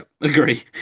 agree